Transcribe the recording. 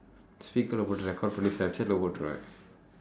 speakerlae record பண்ணி:panni snapchatlae போட்டுருவேன்:pootduruveen